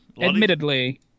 Admittedly